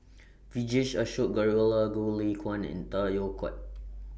Vijesh Ashok Ghariwala Goh Lay Kuan and Tay Yom quiet